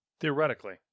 Theoretically